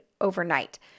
overnight